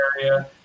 area